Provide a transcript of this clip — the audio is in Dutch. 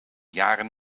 jaren